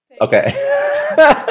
Okay